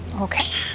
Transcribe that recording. Okay